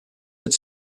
its